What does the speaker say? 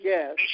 Yes